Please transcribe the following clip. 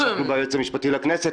המשכנו ביועץ המשפטי לכנסת,